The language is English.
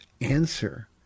answer